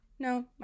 No